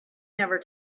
never